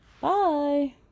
Bye